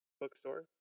bookstore